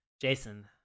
Jason